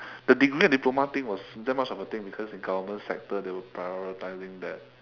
the degree and diploma thing was that much of a thing because in government sector they were prioritizing that